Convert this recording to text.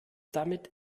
damit